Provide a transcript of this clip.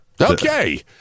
Okay